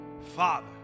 Father